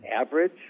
average